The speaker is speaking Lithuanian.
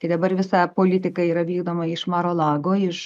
kai dabar visa politika yra vykdoma iš marolago iš